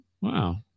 Wow